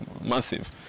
massive